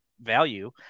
value